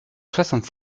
soixante